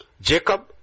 Jacob